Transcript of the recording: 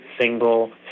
single